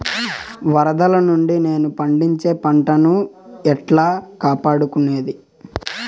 వరదలు నుండి నేను పండించే పంట ను ఎట్లా కాపాడుకునేది?